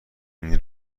این